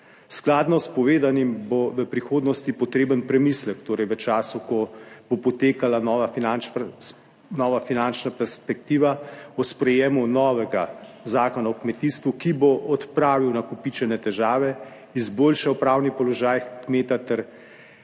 Skladno s povedanim bo v prihodnosti potreben premislek, torej v času, ko bo potekala nova finančna perspektiva o sprejemu novega Zakona o kmetijstvu, ki bo odpravil nakopičene težave, izboljšal pravni položaj kmeta ter